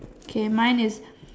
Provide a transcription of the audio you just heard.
K mine is